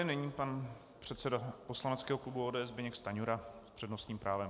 Nyní pan předseda poslaneckého klubu ODS Zbyněk Stanjura s přednostním právem.